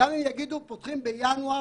גם אם יגידו שפותחים בינואר,